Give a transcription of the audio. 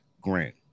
Grant